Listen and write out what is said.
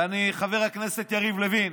וחבר הכנסת יריב לוין,